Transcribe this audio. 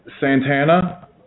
Santana